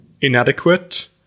inadequate